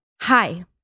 Hi